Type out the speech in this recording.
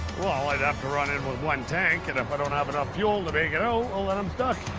well, i'd have to run in with one tank and if i don't have enough fuel to make it out, well, then i'm stuck.